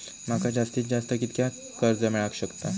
माका जास्तीत जास्त कितक्या कर्ज मेलाक शकता?